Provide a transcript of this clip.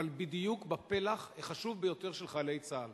אבל בדיוק, בפלח החשוב ביותר של חיילי צה"ל